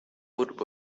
would